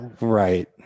right